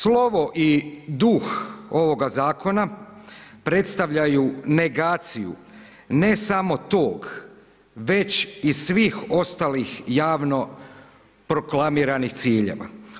Slovo i duh ovoga zakona predstavljaju negaciju ne samo tog već i svih ostalih javno proklamiranih ciljeva.